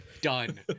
done